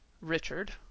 Richard